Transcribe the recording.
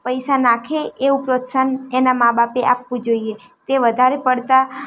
પૈસા નાખે એવું પ્રોત્સાહન એનાં મા બાપે આપવું જોઈએ તે વધારે પડતાં